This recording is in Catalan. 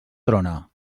trona